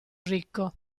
ricco